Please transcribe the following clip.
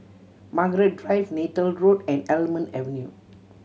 Margaret Drive Neythal Road and Almond Avenue